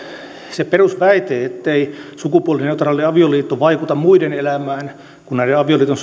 se perusväite ettei sukupuolineutraali avioliitto vaikuta muiden kuin näiden avioliiton